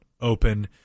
open